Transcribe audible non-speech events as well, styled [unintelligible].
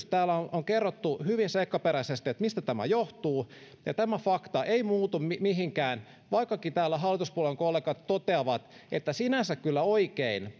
[unintelligible] täällä on on kerrottu hyvin seikkaperäisesti mistä tämä johtuu ja tämä fakta ei muutu mihinkään vaikkakin täällä hallituspuolueiden kollegat toteavat että sinänsä kyllä oikein [unintelligible]